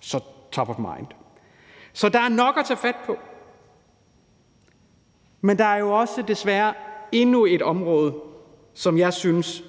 så top of mind. Så der er nok at tage fat på, men der er jo også desværre endnu et område, som jeg synes